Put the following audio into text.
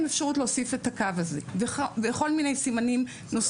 אפשרות להוסיף את הקו הזה וכל מיני סימנים נוספים.